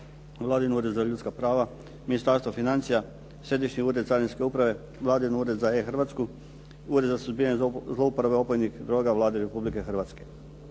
Vladin Ured za ljudska prava, Ministarstvo financija, Središnji ured carinske uprave, Vladin Ured za e-Hrvatsku, Ured za suzbijanje zlouporabe opojnih droga Vlade Republike Hrvatske.